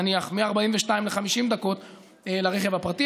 נניח מ-42 ל-50 דקות לרכב הפרטי,